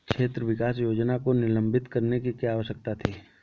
क्षेत्र विकास योजना को निलंबित करने की क्या आवश्यकता थी?